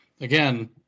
again